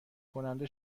کننده